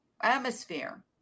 atmosphere